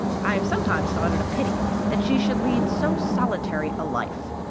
i have sometimes thought it a pity that she should lead so solitary a life,